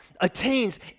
attains